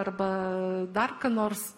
arba dar nors